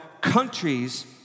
countries